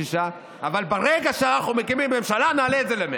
אבל ברגע שאנחנו מקימים ממשלה נעלה את זה ל-100%.